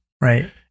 Right